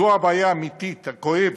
זו הבעיה האמיתית, הכואבת,